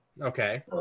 Okay